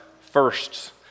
firsts